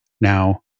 now